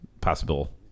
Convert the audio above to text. possible